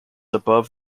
above